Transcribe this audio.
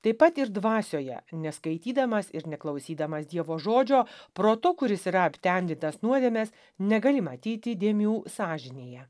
taip pat ir dvasioje neskaitydamas ir neklausydamas dievo žodžio protu kuris yra aptemdytas nuodėmės negali matyti dėmių sąžinėje